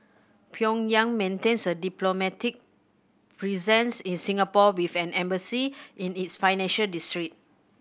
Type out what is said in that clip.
Pyongyang maintains a diplomatic presence in Singapore with an embassy in its financial district